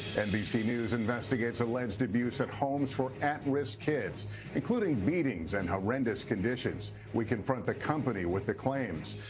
nbc news investigates alleged abuse at homes for at-risk kids including beatings and horrendous conditions. we confront the company with the claims.